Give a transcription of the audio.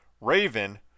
Raven